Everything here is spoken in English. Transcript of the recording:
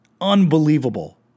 Unbelievable